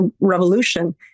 Revolution